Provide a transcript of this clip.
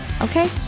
Okay